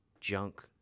junk